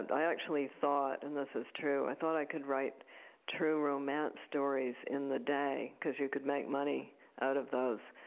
and i actually thought and this is true. i thought i could write true romance stories in the day because you could make money out of those,